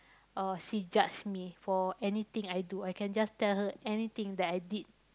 or she judge me for anything I do I can just tell her anything that I did